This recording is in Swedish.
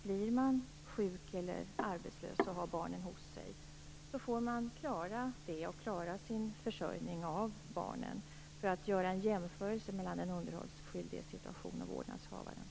Blir man sjuk eller arbetslös och har barnen hos sig får man klara försörjningen av barnen. Jag nämner detta som en jämförelse mellan den underhållsskyldiges situation och vårdnadshavarens.